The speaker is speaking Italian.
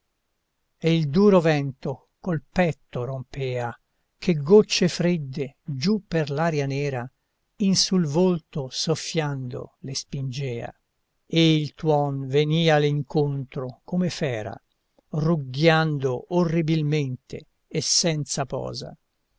e il duro vento col petto rompea che gocce fredde giù per l'aria nera in sul volto soffiando le spingea e il tuon veniale incontro come fera rugghiando orribilmente e senza posa